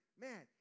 Man